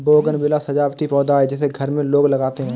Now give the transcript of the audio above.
bougainvillea सजावटी पौधा है जिसे घर में लोग लगाते हैं